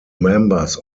members